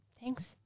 Thanks